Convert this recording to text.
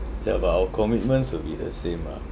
ya but our commitments would be the same lah